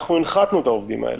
אנחנו הנחתנו את העובדים האלה,